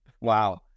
Wow